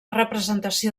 representació